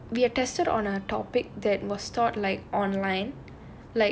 we we are tested on a topic that was stored like online